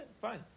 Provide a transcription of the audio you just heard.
fine